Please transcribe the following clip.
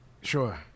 Sure